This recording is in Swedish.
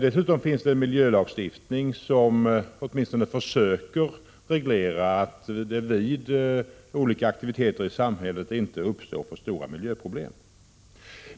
Dessutom finns en miljölagstiftning som åtminstone försöker se till att det vid olika aktiviteter i samhället inte uppstår för stora miljöproblem.